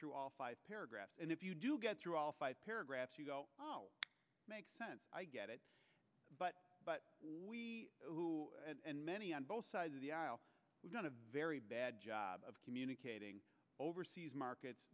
through all five paragraphs and if you do get through all five paragraphs you make sense i get it but but who and many on both sides of the aisle we've done a very bad job of communicating overseas markets